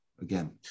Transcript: again